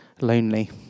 lonely